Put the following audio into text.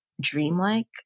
dreamlike